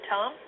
Tom